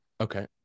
Okay